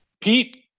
Pete